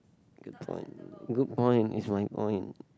good point good point is my point